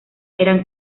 eran